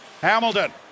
Hamilton